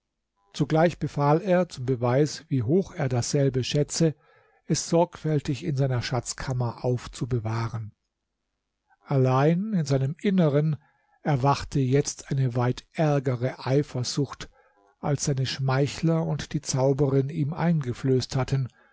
zugleich befahl er zum beweis wie hoch er dasselbe schätze es sorgfältig in seiner schatzkammer aufzubewahren allein in seinem inneren erwachte jetzt eine weit ärgere eifersucht als seine schmeichler und die zauberin ihm eingeflößt hatten